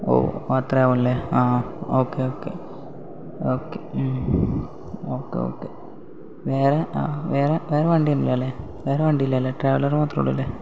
ഓഹ് അത്രയാവും അല്ലെ ആ okay okay okay okay okay വേറെ ആ വേറെ വേറെ വണ്ടി ഒന്നുമില്ല അല്ലെ വേറെ വണ്ടിയില്ല അല്ലേ ട്രാവലർ മാത്രമേ ഉള്ളു അല്ലെ